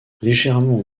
légèrement